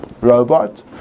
robot